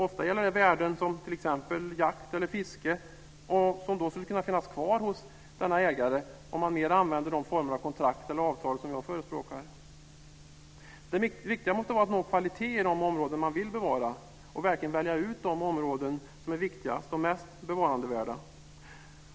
Ofta gäller det värden som jakt eller fiske som skulle kunna finnas kvar hos ägaren om man mer använde de former av kontrakt eller avtal som jag förespråkar. Det viktiga måste vara att nå kvalitet i de områden man vill bevara och verkligen välja ut de områden som är viktigast och mest bevarandevärda.